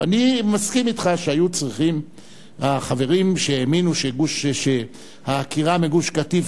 אני מסכים אתך שהחברים שהאמינו שהעקירה מגוש-קטיף